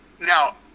now